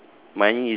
ya